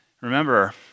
Remember